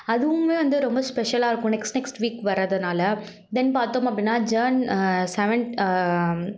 அதுவும் வந்து ரொம்ப ஸ்பெஷலாக இருக்கும் நெக்ஸ்ட் நெக்ஸ்ட் வீக் வரதுனால தென் பார்த்தோம் அப்படின்னா ஜன் செவன்த்